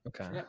okay